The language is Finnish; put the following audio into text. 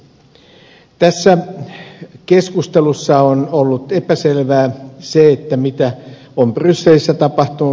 tässä keskustelussa on ollut epäselvää se mitä on brysselissä tapahtunut